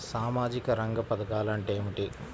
సామాజిక రంగ పధకాలు అంటే ఏమిటీ?